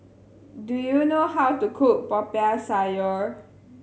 do you know how to cook Popiah Sayur